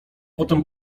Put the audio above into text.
potem